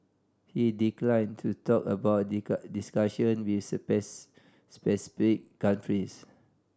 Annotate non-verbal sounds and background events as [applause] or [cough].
he declined to talk about [unintelligible] discussion with [unintelligible] specific countries